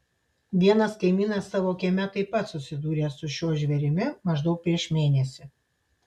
vienas kaimynas savo kieme taip pat susidūrė su šiuo žvėrimi maždaug prieš mėnesį